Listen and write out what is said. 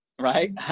right